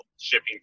Shipping